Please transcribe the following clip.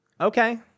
Okay